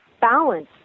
balance